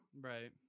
right